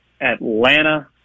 Atlanta